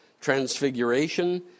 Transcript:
Transfiguration